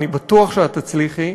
אני בטוח שאת תצליחי,